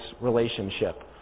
relationship